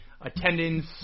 attendance